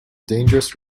dangerous